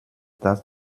das